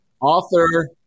author